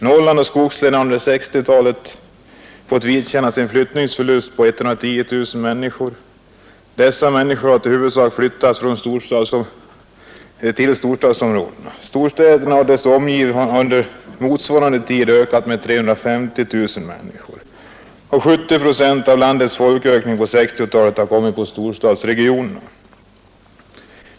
Norrland och skogslänen har under 1960-talet fått vidkännas en flyttningsförlust av 110 000 människor. Dessa människor har huvudsakligen flyttat till storstadsområdena. Storstäderna och deras omgivningar har ju under motsvarande tid ökat med 350 000 människor. 70 procent av landets folkökning under 1960-talet har kommit på storstadsregionerna.